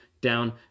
down